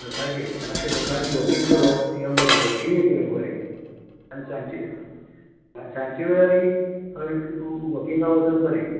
सकाळचेर मातशें सकाळचीं वॉकिंग करप ह्यो बरें वॉकिंगय करप बरें आनी सांचे सांचे वेळार वॉकिंगा वचप बरें